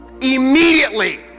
Immediately